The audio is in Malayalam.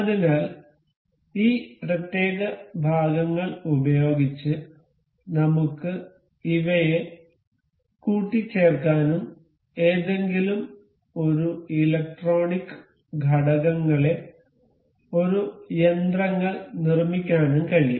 അതിനാൽ ഈ പ്രത്യേക ഭാഗങ്ങൾ ഉപയോഗിച്ച് നമുക്ക് ഇവയെ കൂട്ടിച്ചേർക്കാനും ഏതെങ്കിലും ഒരു ഇലക്ട്രോണിക് ഘടകങ്ങളെ ഒരു യന്ത്രങ്ങൾ നിർമ്മിക്കാനും കഴിയും